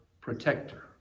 protector